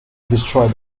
destroyed